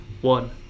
one